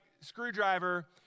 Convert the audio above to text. screwdriver